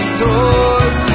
toys